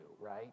right